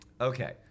Okay